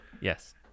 Yes